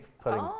putting